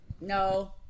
No